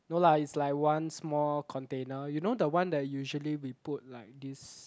no lah is like one small container you know the one that usually we put like this